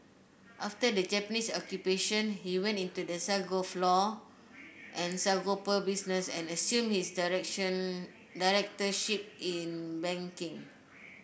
after the Japanese Occupation he went into the sago flour and sago pearl business and assumed his directorship in banking